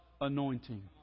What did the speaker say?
anointing